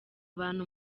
abantu